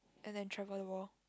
and then travel the world